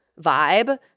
vibe